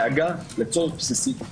דאגה לצורך בסיסי.